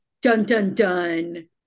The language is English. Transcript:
dun-dun-dun